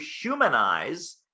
humanize